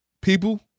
people